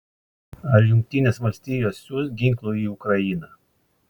ar jungtinės valstijos siųs ginklų į ukrainą